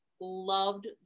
loved